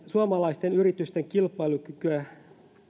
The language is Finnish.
suomalaisten yritysten kilpailukykyä